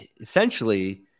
essentially